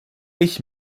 ich